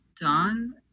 done